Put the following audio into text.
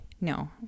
No